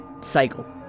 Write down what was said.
cycle